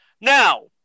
now